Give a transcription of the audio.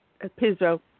Pizzo